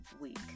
week